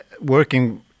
working